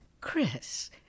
Chris